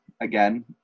again